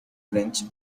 french